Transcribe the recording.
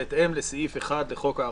בהתאם לסעיף 1 לחוק ההארכה,